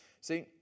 See